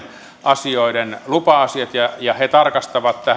asioiden lupa asiat ja ja he tarkastavat